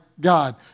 God